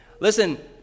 Listen